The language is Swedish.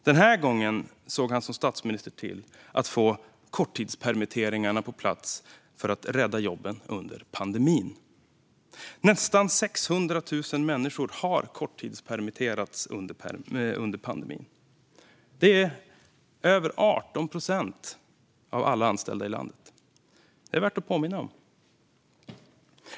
Den här gången såg han som statsminister till att få korttidspermitteringarna på plats för att rädda jobben under pandemin. Nästan 600 000 människor har korttidspermitterats under pandemin. Det är över 18 procent av alla anställda i landet. Detta är värt att påminna om.